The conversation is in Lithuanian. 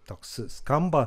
toks skamba